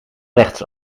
rechts